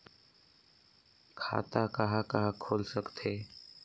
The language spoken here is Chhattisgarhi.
खाता कहा कहा खुल सकथे?